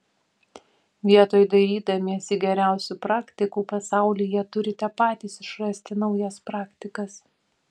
vietoj dairydamiesi geriausių praktikų pasaulyje turite patys išrasti naujas praktikas